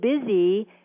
busy